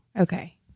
Okay